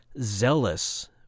zealous